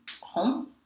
home